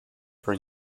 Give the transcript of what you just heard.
for